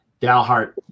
Dalhart